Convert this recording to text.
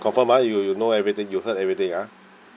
confirm ah you you know everything you heard everything ah